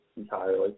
entirely